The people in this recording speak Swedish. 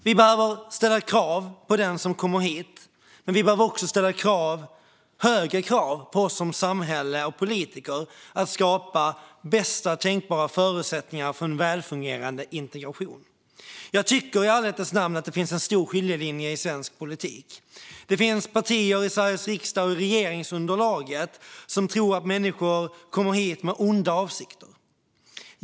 Vi behöver ställa krav på den som kommer hit, men vi behöver också ställa högre krav på oss som samhälle och politiker att skapa bästa tänkbara förutsättningar för en välfungerande integration. Jag tycker i ärlighetens namn att det finns en tydlig skiljelinje i svensk politik. Det finns partier i Sveriges riksdag och i regeringsunderlaget som tror att människor kommer hit med onda avsikter.